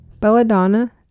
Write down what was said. Belladonna